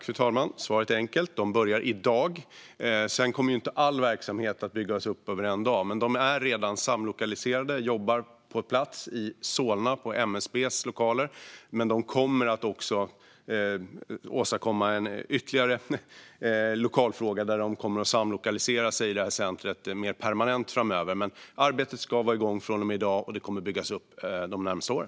Fru talman! Svaret är enkelt: Man börjar i dag. All verksamhet kommer ju inte att byggas upp på en dag, men man är redan samlokaliserad med MSB i Solna. Centret kommer dock att samlokalisera sig mer permanent framöver. Arbetet ska som sagt vara igång från och med i dag och kommer att fortsätta att byggas upp de närmaste åren.